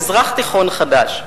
מזרח תיכון חדש.